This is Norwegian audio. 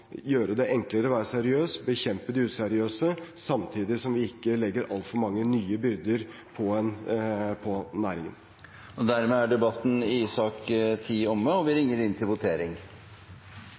gjøre det enklere å være seriøs, bekjempe de useriøse, samtidig som vi ikke legger altfor mange nye byrder på næringen. Replikkordskiftet er omme. Flere har ikke bedt om ordet til sak nr. 10. Vi er nå klare til å gå til votering.